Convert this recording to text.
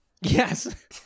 yes